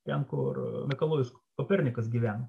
ten kur mikalojus kopernikas gyveno